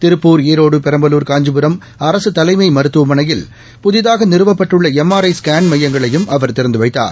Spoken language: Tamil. திருப்பூர் ஈரோடு பெரம்பலூர் காஞ்சிபுரம் அரசு தலைமை மருத்துவமனையில் புதிதாக நிறுவப்பட்டுள்ள எம் ஆர் ஐ ஸ்கேன் மையங்களையும் அவர் திறந்து வைத்தார்